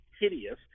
hideous